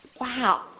Wow